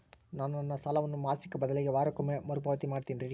ನಾನು ನನ್ನ ಸಾಲವನ್ನು ಮಾಸಿಕ ಬದಲಿಗೆ ವಾರಕ್ಕೊಮ್ಮೆ ಮರುಪಾವತಿ ಮಾಡ್ತಿನ್ರಿ